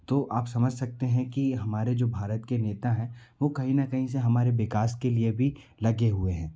तो आप समझ सकते हैं कि हमारे जो भारत के नेता हैं वो कहीं ना कहीं से हमारे विकास के लिए भी लगे हुए हैं